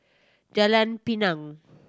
Jalan Pinang